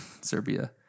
Serbia